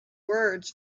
words